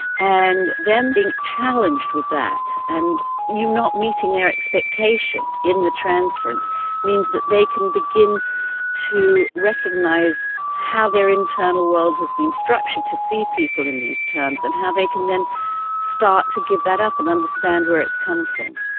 and them being challenged with that and you not meeting their expectation in the transference means that they can begin to recognise how their internal world has been structured to see people in these terms and how they can then start to give that up and understand where it has come from.